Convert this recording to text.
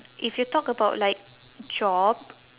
if you talk about like job